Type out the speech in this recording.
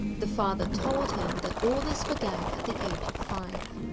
the father told him that all this began at the age of five.